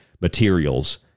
materials